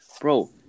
Bro